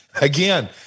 Again